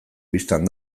bistan